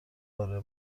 اره